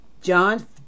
John